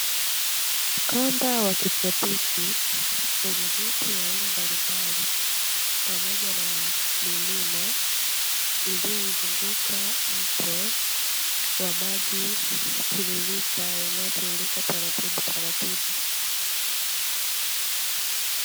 Ukanda wa kitropiki wenye miti ya aina mbalimbali pamoja na milima, iliyoizunguka mto wa maji tiririka yanayotiririka taratibutaratibu.